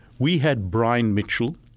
we had brian mitchell,